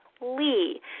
Lee